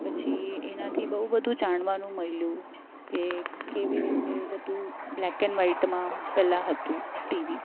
પછી એનાથી બહુ બધું જાણવાનું મળ્યું કે કેવી રીતે બધુ બ્લેક એન્ડ વ્હાઇટમાં પહેલાં હતું ટીવી